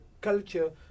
culture